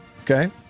Okay